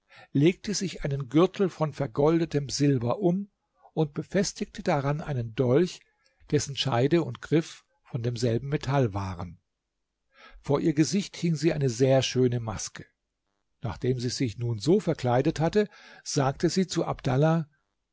lege sich einen gürtel von vergoldetem silber um und befestigte daran einen dolch dessen scheide und griff von demselben metall waren vor ihr gesicht hing sie eine sehr schöne maske nachdem sie sich nun so verkleidet hatte sagte sie zu abdallah